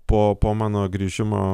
po po mano grįžimo